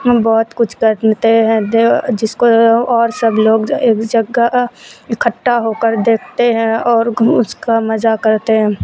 بہت کچھ کرتے ہیں جس کو اور سب لوگ ایک جگہ اکھٹا ہو کر دیکھتے ہیں اور اس کا مزا کرتے ہیں